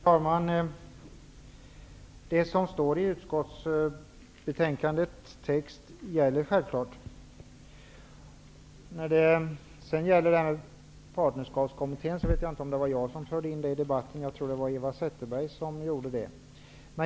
Fru talman! Det som står i utskottets betänkande gäller naturligtvis. Det var inte jag som förde in Partnerskapskommittén i debatten, utan jag tror att det var Eva Zetterberg som gjorde det.